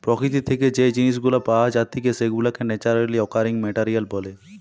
প্রকৃতি থেকে যেই জিনিস গুলা পাওয়া জাতিকে সেগুলাকে ন্যাচারালি অকারিং মেটেরিয়াল বলে